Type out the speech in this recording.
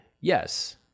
yes